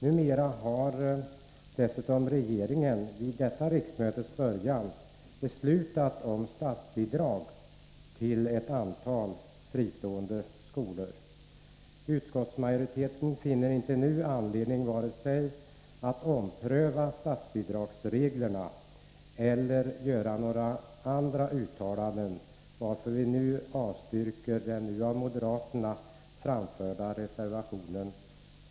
Regeringen har vidare vid detta riksmötes början beslutat om statsbidrag till ett antal fristående skolor. Utskottsmajoriteten finner därför inte anledning att vare sig ompröva statsbidragsreglerna eller göra några nya uttalanden, varför vi avstyrker den av moderaterna framförda reservationen.